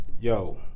yo